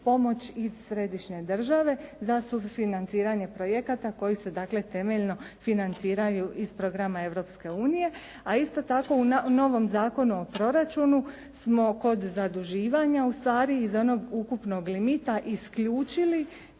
pomoć iz središnje države za sufinanciranje projekata koji se dakle temeljno financiraju iz programa Europske unije, a isto tako u novom Zakonu o proračunu smo kod zaduživanja u stvari iz onog ukupnog limita isključili